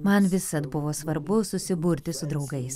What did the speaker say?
man visad buvo svarbu susiburti su draugais